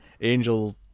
angel